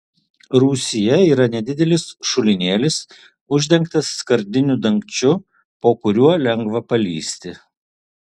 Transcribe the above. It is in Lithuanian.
rūsyje yra nedidelis šulinėlis uždengtas skardiniu dangčiu po kuriuo lengva palįsti